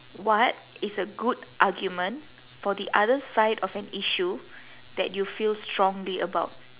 what is a good argument for the other side of an issue that you feel strongly about